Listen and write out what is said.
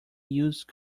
used